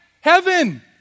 Heaven